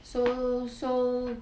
so so